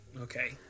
Okay